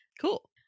cool